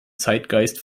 zeitgeist